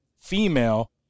female